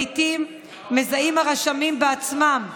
לעיתים מזהים הרשמים בעצמם,